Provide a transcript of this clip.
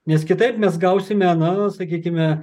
nes kitaip mes gausime na sakykime